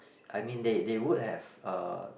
I mean they they would have uh